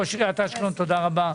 ראש עיריית אשקלון תודה רבה,